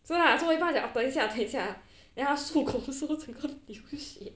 so lah 做一半他讲等一下等一下 then 他漱口的时后整个流血